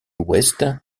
ouest